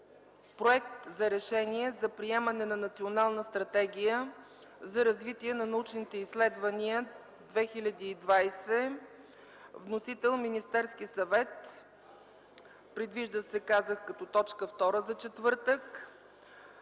Проект за решение за приемане на Национална стратегия за развитие на научните изследвания 2020. Вносител – Министерският съвет. Предвижда се като т. 2 за четвъртък.